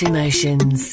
Emotions